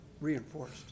reinforced